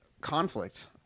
conflict